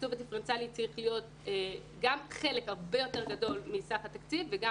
התקצוב הדיפרנציאלי צריך להיות גם חלק הרבה יותר גדול מסך התקציב וגם